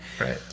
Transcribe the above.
Right